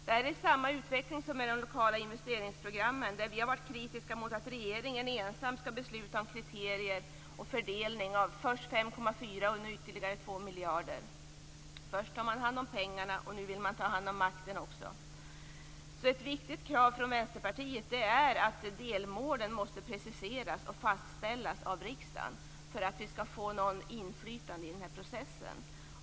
Detta är samma utveckling som när det gäller de lokala investeringsprogrammen där vi har varit kritiska mot att regeringen ensam skall besluta om kriterier och fördelning av först 5,4 miljarder och nu ytterligare 2 miljarder. Först tar man hand om pengarna, och nu vill man också ta hand om makten. Ett viktigt krav från Vänsterpartiet är att delmålen måste preciseras och fastställas av riksdagen för att vi skall få något inflytande i denna process.